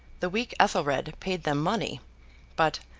the weak ethelred paid them money but,